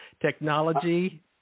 Technology